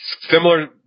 Similar